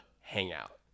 hangout